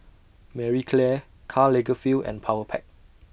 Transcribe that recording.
Marie Claire Karl Lagerfeld and Powerpac